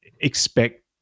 expect